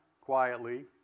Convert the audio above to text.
quietly